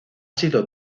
sido